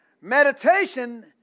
Meditation